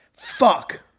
Fuck